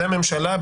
זה הממשלה,